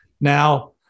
Now